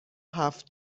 هفت